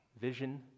vision